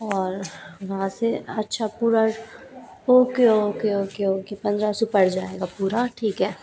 और वहाँ से अच्छा पूरा ओके ओके ओके ओके पंद्रह सौ पड़ जाएगा पूरा ठीक है